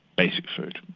basic food.